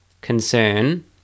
concern